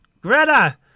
Greta